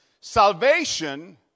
Salvation